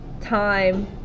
time